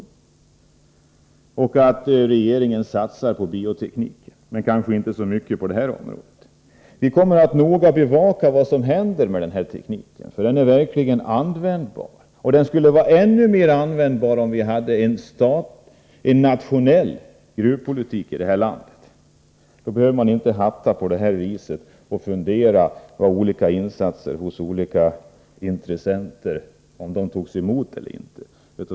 Man säger också att regeringen satsar på biotekniken, men kanske inte så mycket just när det gäller detta område. Vi kommer att noga bevaka vad som händer med den här tekniken, för den är verkligen användbar. Den skulle vara ännu mer användbar om vi hade en nationell gruvpolitik i det här landet. Då skulle man inte behöva hatta på det här viset och fundera över om insatser till olika intressenter tas emot eller inte.